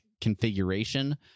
configuration